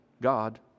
God